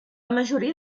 majoria